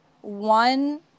one